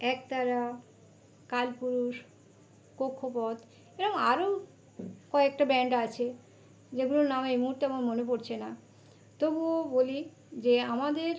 একতারা কালপুরুষ কক্ষপথ এরম আরো কয়েকটা ব্যান্ড আছে যেগুলোর নাম এই মুহুর্তে আমার মনে পড়ছে না তবুও বলি যে আমাদের